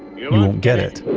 you won't get it